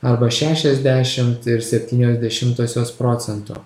arba šešiasdešimt ir septynios dešimtosios procento